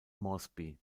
moresby